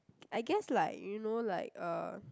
I guess like you know like uh